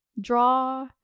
draw